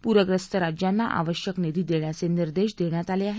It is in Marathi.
पूख्यस्त राज्यांना आवश्यक निधी देण्याचे निर्देश देण्यात आले आहेत